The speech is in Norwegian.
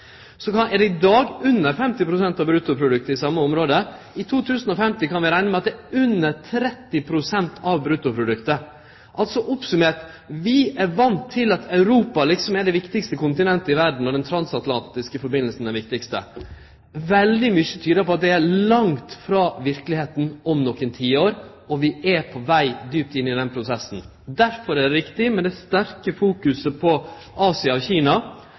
i dag under 50 pst. av bruttoproduktet i same området. I 2050 kan vi rekne med at det er under 30 pst. av bruttoproduktet. Altså oppsummert: Vi er vane med at Europa liksom er det viktigaste kontinentet i verda og det transatlantiske sambandet det viktigaste. Veldig mykje tyder på at det er langt frå verkelegheita om nokre tiår, og vi er på veg djupt inn i den prosessen. Derfor er det viktig med ei sterk fokusering på Asia og Kina,